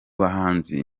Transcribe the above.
bahanzi